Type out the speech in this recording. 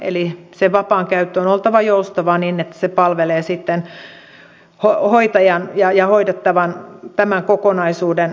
eli sen vapaan käytön on oltava joustavaa niin että se palvelee sitten hoitajan ja hoidettavan tämän kokonaisuuden tarvetta